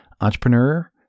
entrepreneur